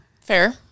Fair